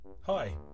Hi